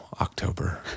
October